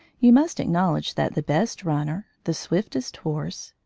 you must acknowledge that the best runner, the swiftest horse,